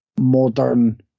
modern